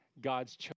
God's